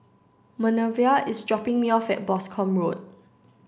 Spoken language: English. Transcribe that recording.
Minervia is dropping me off at Boscombe Road